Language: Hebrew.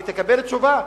תקבל תשובה,